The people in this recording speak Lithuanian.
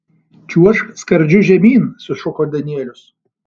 čiuožk skardžiu žemyn sušuko danielius